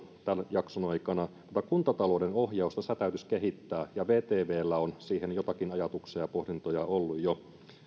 jakson aikana mutta kuntatalouden ohjausta täytyisi kehittää ja vtvllä on siihen joitakin ajatuksia ja pohdintoja ollut jo